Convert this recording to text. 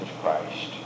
Christ